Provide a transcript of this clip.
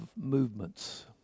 movements